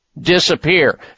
disappear